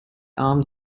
armed